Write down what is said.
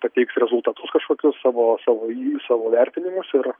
pateiks rezultatus kažkokius savo savo į savo vertinimus ir